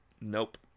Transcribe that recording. nope